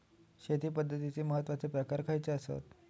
शेती पद्धतीचे महत्वाचे प्रकार खयचे आसत?